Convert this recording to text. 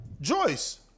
Joyce